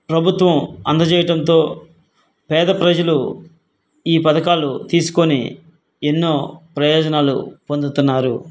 ప్రభుత్వం అందజేయటంతో పేద ప్రజలు ఈ పథకాలు తీసుకొని ఎన్నో ప్రయోజనాలు పొందుతున్నారు